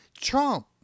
Trump